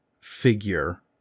figure